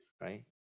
right